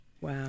Wow